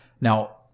Now